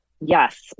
Yes